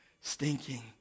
stinking